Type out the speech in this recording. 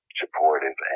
supportive